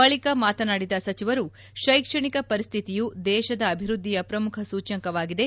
ಬಳಿಕ ಮಾತನಾಡಿದ ಸಚಿವರು ಕೈಕ್ಷಣಿಕ ಪರಿಸ್ಥಿತಿಯು ದೇಶದ ಅಭಿವೃದ್ಧಿಯ ಪ್ರಮುಖ ಸೂಚ್ಯಂಕವಾಗಿದೆ